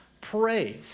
Praise